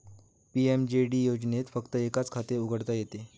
PMJD योजनेत फक्त एकच खाते उघडता येते